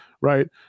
right